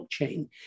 blockchain